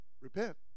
Repent